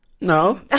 no